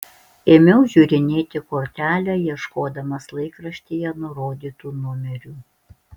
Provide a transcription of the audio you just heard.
ėmiau žiūrinėti kortelę ieškodamas laikraštyje nurodytų numerių